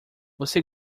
você